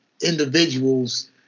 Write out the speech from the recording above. individual's